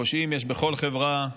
פושעים יש בכל חברה,